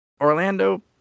Orlando